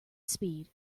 speed